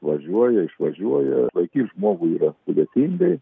važiuoja išvažiuoja laikyt žmogų yra sudėtingai